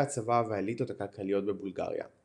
הצבא והאליטות הכלכליות בבולגריה.